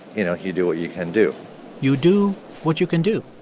you know, you do what you can do you do what you can do.